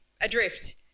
adrift